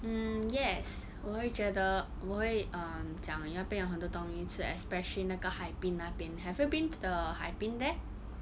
um yes 我会觉得我会 um 讲那边有很多东西吃 especially 那个 hai bin 那边 have you been to the hai bin there